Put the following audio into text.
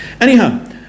anyhow